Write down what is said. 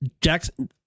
Jackson